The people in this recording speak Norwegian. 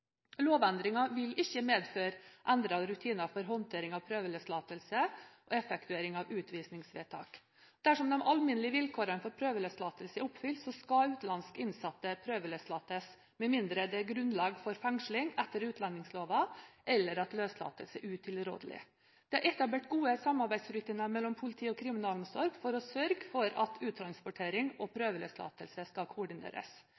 vil ikke medføre endrede rutiner for håndtering av prøveløslatelse og effektuering av utvisningsvedtak. Dersom de alminnelige vilkårene for prøveløslatelse er oppfylt, skal utenlandske innsatte prøveløslates med mindre det er grunnlag for fengsling etter utlendingsloven eller at løslatelse er utilrådelig. Det er etablert gode samarbeidsrutiner mellom politiet og kriminalomsorgen for å sørge for at uttransportering og prøveløslatelse skal koordineres.